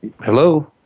Hello